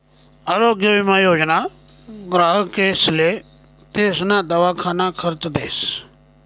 आरोग्य विमा योजना ग्राहकेसले तेसना दवाखाना खर्च देस